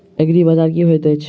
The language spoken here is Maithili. एग्रीबाजार की होइत अछि?